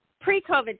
pre-COVID